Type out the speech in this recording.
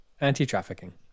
anti-trafficking